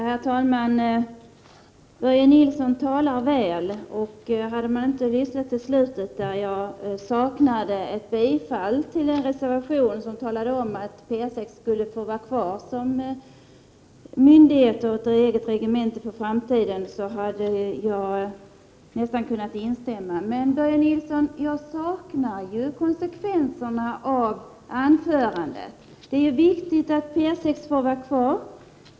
Herr talman! Börje Nilsson talar väl, och hade man inte lyssnat till slutet, där jag saknade ett yrkande om bifall till den reservation där det begärs att P 6 skall vara kvar som myndighet och som eget regemente för framtiden, så hade jag nästan kunnat instämma. Jag saknar alltså konsekvenserna av anförandet, Börje Nilsson. Det är viktigt att P 6 får vara kvar.